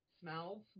smells